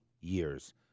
years